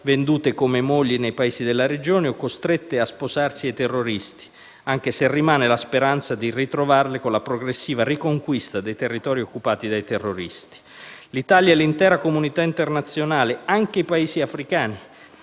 vendute come mogli nei paesi della regione o costrette a sposarsi ai terroristi, anche se rimane la speranza di ritrovarle con la progressiva riconquista dei territori occupati dai terroristi. L'Italia e l'intera comunità internazionale, compresi i Paesi africani